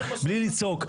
בלי לצעוק.